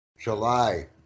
July